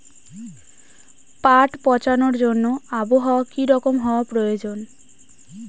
পাট পচানোর জন্য আবহাওয়া কী রকম হওয়ার প্রয়োজন?